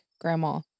grandma